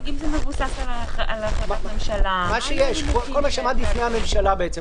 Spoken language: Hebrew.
כל מה שעמד בפני הממשלה.